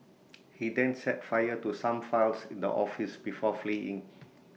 he then set fire to some files in the office before fleeing